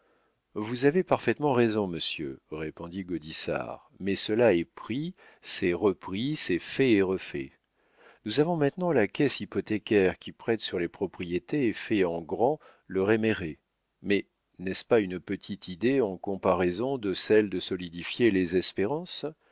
vous avez parfaitement raison monsieur répondit gaudissart mais cela est pris c'est repris c'est fait et refait nous avons maintenant la caisse hypothécaire qui prête sur les propriétés et fait en grand le réméré mais n'est-ce pas une petite idée en comparaison de celle de solidifier les espérances